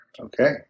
Okay